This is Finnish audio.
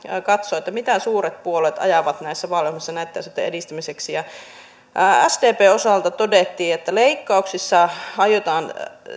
katsoi mitä suuret puolueet ajavat näissä vaaliohjelmissa näitten asioitten edistämiseksi sdpn osalta todettiin että leikkauksissa aiotaan